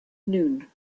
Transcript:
noon